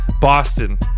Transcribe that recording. Boston